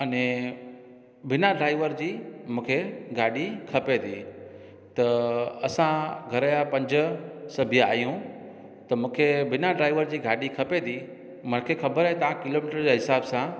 अने बिना ड्राइवर जी मूंखे गाॾी खपे थी त असां घर या पंज सदस्य आहियूं त मूंखे बिना ड्राइवर जे गाॾी खपे थी मूंखे ख़बर ए तव्हां किलो मीटर जे हिसाब सां